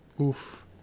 oof